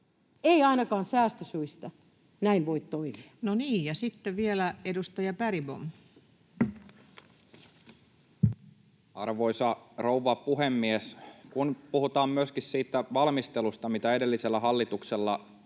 Ei ainakaan säästösyistä näin voi toimia. No niin, ja sitten vielä edustaja Bergbom. Arvoisa rouva puhemies! Kun puhutaan myöskin siitä valmistelusta, mitä edellisellä hallituksella